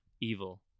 evil